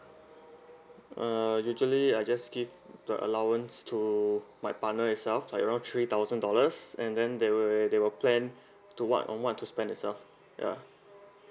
uh usually I just give the allowance to my partner itself like around three thousand dollars and then they will they will plan to what on what to spend itself ya